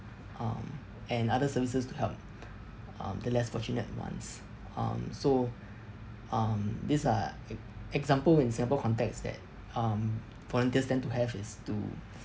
um and other services to help um the less fortunate ones um so um these are e~ example in singapore context that um volunteers tend to have is to